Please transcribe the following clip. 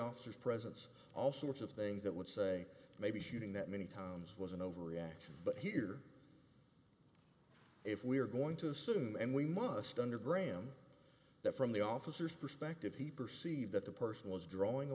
officers presence all sorts of things that would say maybe shooting that many times was an overreaction but here if we're going to assume and we must under graham that from the officers perspective he perceived that the person was drawing a